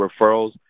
referrals